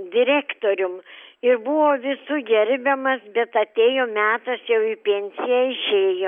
direktorium ir buvo visų gerbiamas bet atėjo metas jau į pensiją išėjo